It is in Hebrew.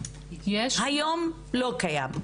היום לא קיים,